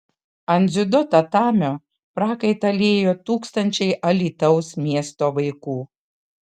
ant dziudo tatamio prakaitą liejo tūkstančiai alytaus miesto vaikų